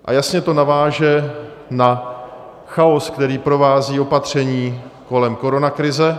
A jasně to naváže na chaos, který provází opatření kolem koronakrize.